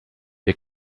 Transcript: wir